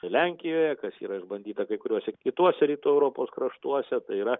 lenkijoje kas yra išbandyta kai kuriuose kituose rytų europos kraštuose tai yra